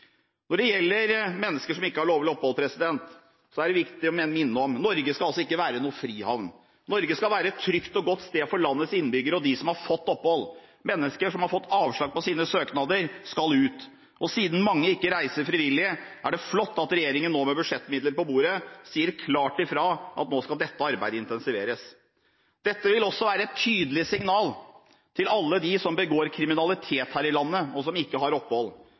Når det gjelder mennesker som ikke har lovlig opphold, er det viktig å minne om at Norge ikke skal være en frihavn. Norge skal være et trygt og godt sted for landets innbyggere og dem som har fått opphold. Mennesker som har fått avslag på sine søknader, skal ut. Siden mange ikke reiser frivillig, er det flott at regjeringen nå, med budsjettmidler på bordet, sier klart ifra at dette arbeidet skal intensiveres. Dette vil også være et tydelig signal til alle dem som begår kriminalitet her i landet og som ikke har opphold.